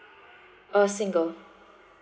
uh single